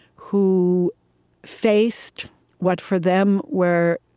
who faced what for them were